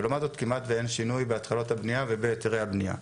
ולעומת זאת כמעט ואין שינוי בהתחלות הבנייה ובהיתרי הבנייה.